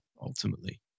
ultimately